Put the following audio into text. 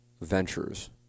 ventures